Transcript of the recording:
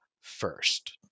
first